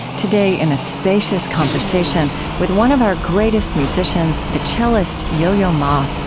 today, in a spacious conversation with one of our greatest musicians, the cellist yo-yo ma.